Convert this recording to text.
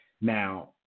Now